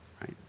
right